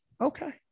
Okay